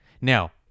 now